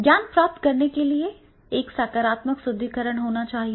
ज्ञान प्राप्त करने के लिए एक सकारात्मक सुदृढीकरण होना चाहिए